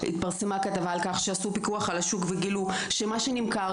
התפרסמה כתבה על כך שעשו פיקוח על השוק וגילו שמה שנמכר,